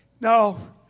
No